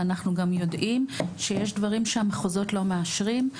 ואנחנו גם יודעים שיש דברים שהמחוזות לא מאשרים.